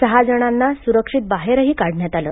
सहा जणांना स्रक्षित बाहेरही काढण्यात आले